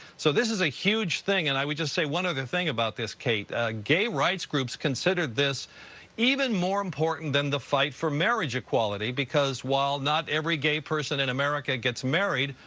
so, this is a huge thing. and i would just say one other thing about this, kate. gay rights groups considered this even more important than the fight for marriage equality, because while not every gay person in america gets married,